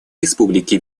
республики